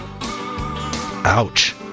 Ouch